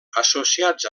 associats